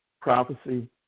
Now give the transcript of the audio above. Prophecy